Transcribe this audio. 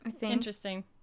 Interesting